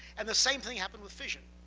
and the same thing happened with fission.